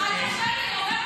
חמודה.